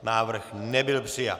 Návrh nebyl přijat.